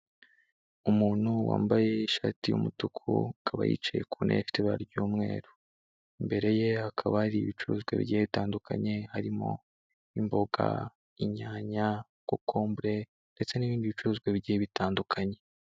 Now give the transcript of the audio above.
Umuntu wambaye ishati y'umutuku, akaba yicaye ku ntebe ifite ibara ry'umweru. Imbere ye hakaba hari ibicuruzwa bigiye bitandukanye, harimo imboga, inyanya, kokombure, ndetse n'ibindi bicuruzwa bigiye bitandukanye.